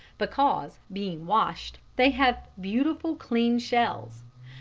because, being washed, they have beautiful clean shells,